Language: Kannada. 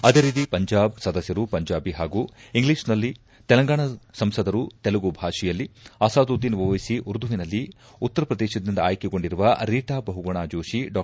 ಅದೇ ರೀತಿ ಪಂಜಾಬ್ ಸದಸ್ಯರು ಪಂಜಾಬಿ ಹಾಗೂ ಇಂಗ್ಲಿಷ್ನಲ್ಲಿ ತೆಲಂಗಾಣ ಸಂಸದರು ತೆಲುಗು ಭಾಷೆಯಲ್ಲಿ ಅಸಾದುದ್ದೀನ್ ಓವ್ಲೆಸಿ ಉರ್ದುವಿನಲ್ಲಿ ಉತ್ತರ ಪ್ರದೇಶದಿಂದ ಆಯ್ಲೆಗೊಂಡಿರುವ ರೀಟಾ ಬಹುಗುಣ ಜೋಶಿ ಡಾ